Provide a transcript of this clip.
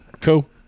Cool